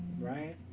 right